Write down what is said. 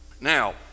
Now